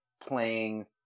playing